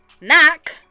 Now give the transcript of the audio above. knock